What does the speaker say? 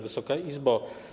Wysoka Izbo!